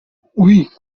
oui